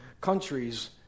countries